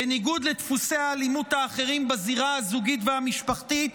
בניגוד לדפוסי האלימות האחרים בזירה הזוגית והמשפחתית,